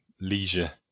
leisure